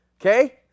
Okay